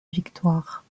victoire